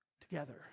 together